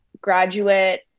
graduate